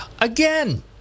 again